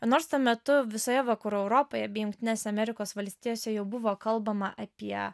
nors tuo metu visoje vakarų europoje bei jungtinėse amerikos valstijose jau buvo kalbama apie